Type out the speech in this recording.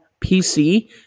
PC